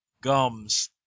Gums